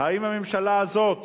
האם הממשלה הזאת